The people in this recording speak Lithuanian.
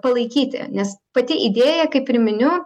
palaikyti nes pati idėja kaip ir miniu